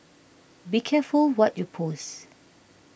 be careful what you post